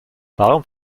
warum